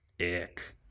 ick